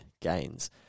Gains